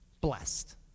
blessed